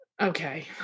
Okay